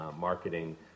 marketing